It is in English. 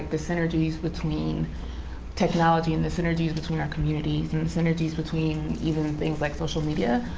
the synergies between technology, and the synergies between our communities, and synergies between even things like social media.